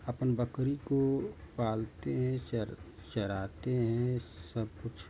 अपन बकरी को पालते हैं चर चराते हैं सब कुछ